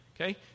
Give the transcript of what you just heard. okay